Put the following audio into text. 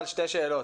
שתי שאלות.